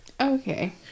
okay